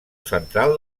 central